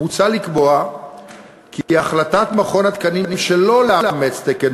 מוצע לקבוע כי החלטת מכון התקנים שלא לאמץ תקן